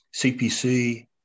CPC